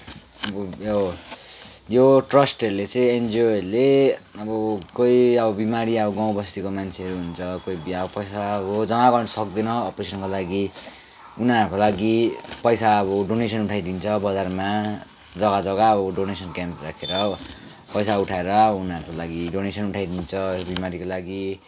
अब यो ट्रस्टहरूले चाहिँ एनजिओहरूले अब कोही अब बिमारी अब गाँउ बस्तीका मान्छेहरू हुन्छ कोही अब पैसा अब जम्मा गर्न सक्दैन अपरेसनको लागि उनीहरूका लागि पैसा अब डोनेसन उठाइदिन्छ बजारमा जग्गा जग्गा अब डोनेसन क्याम्पहरू राखेर पैसा उठाएर उनीहरूको लागि डोनेसन उठाइदिन्छ बिमारीको लागि